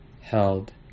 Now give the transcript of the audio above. held